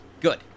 Good